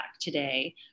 today